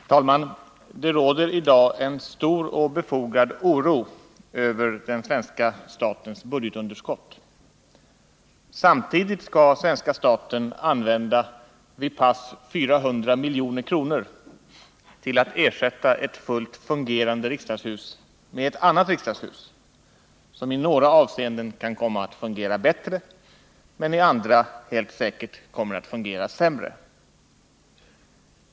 Herr talman! Det råder i dag en stor och befogad oro över den svenska statens budgetunderskott. Samtidigt skall svenska staten använda vid pass 400 milj.kr. till att ersätta ett fullt fungerande riksdagshus med ett annat riksdagshus, som i några avseenden kan komma att fungera bättre men i andra helt säkert kommer att fungera sämre.